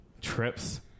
trips